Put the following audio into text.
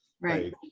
Right